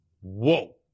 whoa